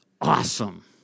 Awesome